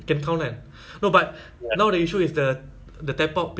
G_P_S ah if the person off G_P_S then tak boleh ah kan